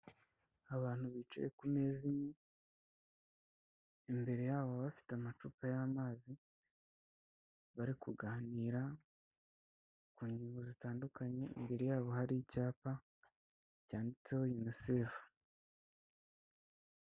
Abantu bicaye ku meza, imbere yabo bafite amacupa y'amazi, bari kuganira, ku ngingo zitandukanye, imbere yabo hari icyapa cyanditseho yunisefu.